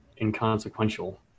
inconsequential